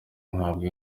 mpabwa